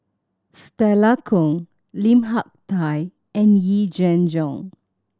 Stella Kon Lim Hak Tai and Yee Jenn Jong